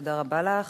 תודה רבה לך.